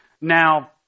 now